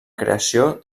creació